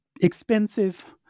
expensive